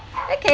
okay